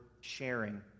sharing